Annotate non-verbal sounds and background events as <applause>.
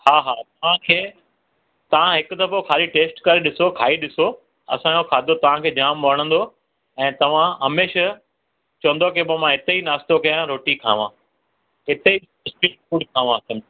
हा हा तव्हां खे तव्हां हिकु दफ़ो खाली टेस्ट करे ॾिसो खाई ॾिसो असांजो खाधो तव्हांखे जाम वणंदो ऐं तव्हां हमेशह चवंदौ की पोइ मां हिते ही नाश्तो कयां रोटी खावां हिते ई <unintelligible>